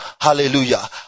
Hallelujah